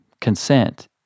consent